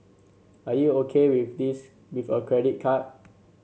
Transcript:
are you O K with this with a credit card